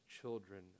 children